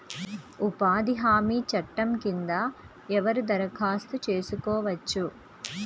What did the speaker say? ఉపాధి హామీ చట్టం కింద ఎవరు దరఖాస్తు చేసుకోవచ్చు?